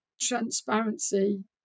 transparency